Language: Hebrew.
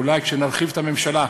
אולי כשנרחיב את הממשלה.